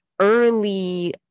early